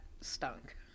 stunk